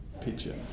picture